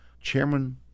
chairman